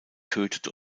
tötet